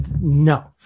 no